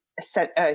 set